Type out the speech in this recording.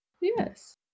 Yes